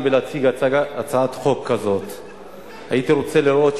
הצעת חוק החברות